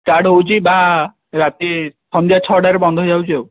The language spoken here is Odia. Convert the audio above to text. କାଡ଼୍ ହେଉଛି ବା ରାତି ସନ୍ଧ୍ୟା ଛଅଟାରୁ ବନ୍ଦ ହେଇଯାଉଛି ଆଉ